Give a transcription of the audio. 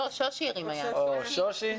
שושי,